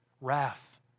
Wrath